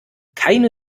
keine